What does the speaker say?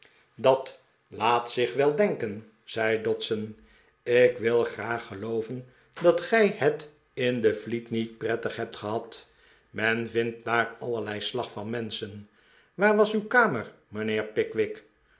dat laat zich wel denken zei dodson ik wil graag gelooven dat gij het in de fleet niet prettig hebt gehad men vindt daar allerlei slag van menschen waar was uw kamer mijnheer pickwick